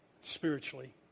spiritually